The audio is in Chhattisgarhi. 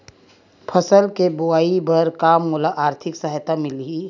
फसल के बोआई बर का मोला आर्थिक सहायता मिलही?